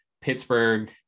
Pittsburgh